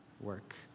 work